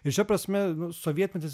ir šia prasme sovietmetis